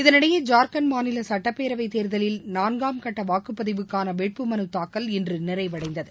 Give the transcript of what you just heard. இதனிடையே ஜார்க்கண்ட் மாநில சட்டப்பேரவைத் தேர்தலில் நான்காம் கட்ட வாக்குப்பதிவுக்கான வேட்புமனு தாக்கல் இன்று நிறைவடைந்தது